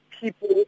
people